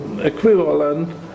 equivalent